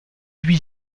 huit